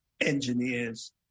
engineers